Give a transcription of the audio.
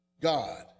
God